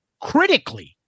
critically